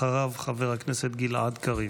אחריו, חבר הכנסת גלעד קריב.